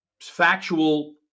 factual